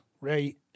right